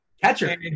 catcher